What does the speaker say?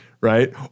right